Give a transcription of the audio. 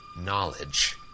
knowledge